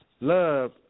love